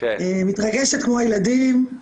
באשדוד, מתרגשת כמו הילדים.